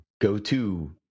go-to